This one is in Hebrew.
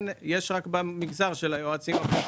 יש רק במגזר של היועצים הפנסיוניים.